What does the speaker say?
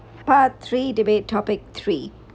part three debate topic three